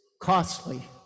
costly